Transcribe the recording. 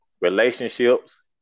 relationships